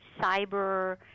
cyber